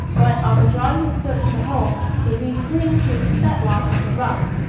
but, on withdrawing his foot from the hole, the wreath clings to his fetlock like a ruff,